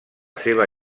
seva